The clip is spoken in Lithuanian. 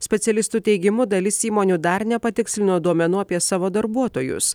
specialistų teigimu dalis įmonių dar nepatikslino duomenų apie savo darbuotojus